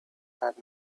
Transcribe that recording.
had